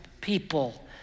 people